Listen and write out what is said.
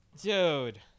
dude